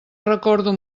recordo